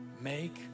Make